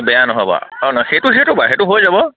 বেয়া নহ'ব অঁ নহয় সেইটো সেইটো বাৰু সেইটো হৈ যাব